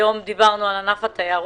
היום דברנו על ענף התיירות,